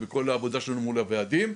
בכל העבודה שלנו אל מול הוועדים.